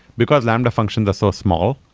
because lambda functions are so small,